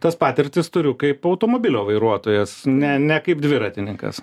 tas patirtis turiu kaip automobilio vairuotojas ne ne kaip dviratininkas